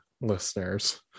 listeners